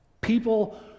People